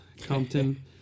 Compton